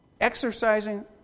exercising